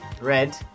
Red